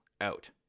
out